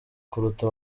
kuruta